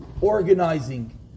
organizing